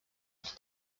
tots